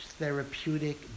therapeutic